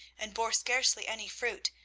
and bore scarcely any fruit.